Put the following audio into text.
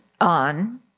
on